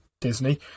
Disney